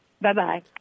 Bye-bye